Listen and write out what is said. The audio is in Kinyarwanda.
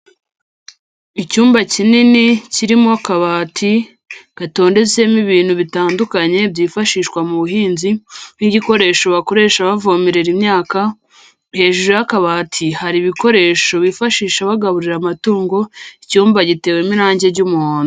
Icyumba kinini kirimo akabati gatondetsemo ibintu bitandukanye byifashishwa mu buhinzi nk'igikoresho bakoresha bavomerera imyaka, hejuru y'akabati hari ibikoresho bifashisha bagaburira amatungo, icyumba gitewemo irange ry'umuhondo.